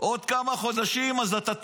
עוד כמה חודשים, אז אתה טועה.